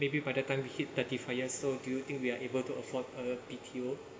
maybe by that we time hit thirty five years so do you think we are able to afford a B_T_O